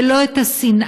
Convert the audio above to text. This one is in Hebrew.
ולא את השנאה,